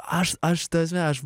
aš aš ta prasme aš